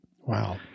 Wow